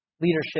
leadership